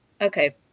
Okay